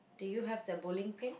do you have the bowling pin